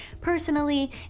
personally